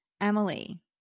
Emily